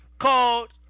Called